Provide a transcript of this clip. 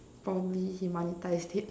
probably he monetised it